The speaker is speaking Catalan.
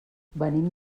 venim